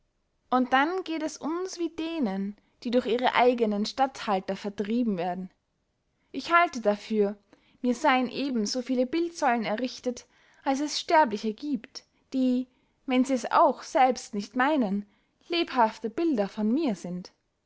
und dann geht es uns wie denen die durch ihre eigenen statthalter vertrieben werden ich halte dafür mir seyen eben so viele bildsäulen errichtet als es sterbliche giebt die wenn sie es auch selbst nicht meynen lebhafte bilder von mir sind